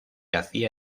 hacía